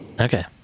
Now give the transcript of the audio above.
okay